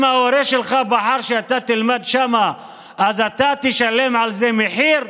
אם ההורה שלך בחר שאתה תלמד שם אז אתה תשלם על זה מחיר?